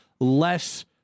less